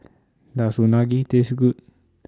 Does Unagi Taste Good